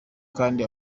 kandi